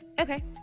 Okay